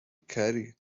کری